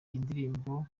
iyindirimbo